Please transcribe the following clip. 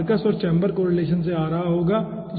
तो वह मार्कस और चैंबर कोरिलेसन से आ रहा होगा